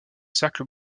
cercle